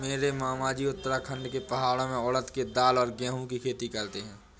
मेरे मामाजी उत्तराखंड के पहाड़ों में उड़द के दाल और गेहूं की खेती करते हैं